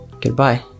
goodbye